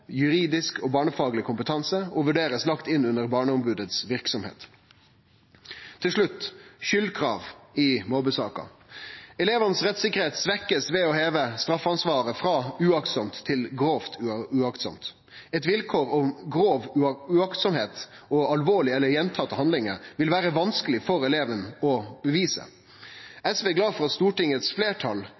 juridisk og barnefagleg kompetanse og må vurderast lagt inn under verksemda til Barneombodet. Til slutt om skuldkrav i mobbesaker: Rettssikkerheita til elevane blir svekt ved å heve straffeansvaret frå «aktlaust» til «grovt aktlaust». Eit vilkår om grov aktløyse og alvorleg eller gjentatte handlingar vil vere vanskeleg for eleven å bevise. SV er glad for at Stortingets fleirtal